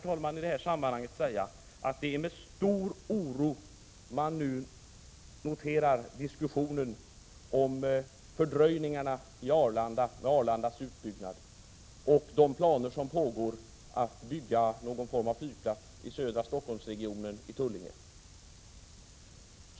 Låt mig i det här sammanhanget säga att det är med stor oro man nu noterar diskussionen om fördröjningarna av Arlandas utbyggnad och de planer som finns på att bygga någon form av flygplats i Tullinge i södra Stockholmsregionen.